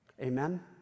Amen